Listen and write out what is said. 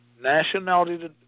Nationality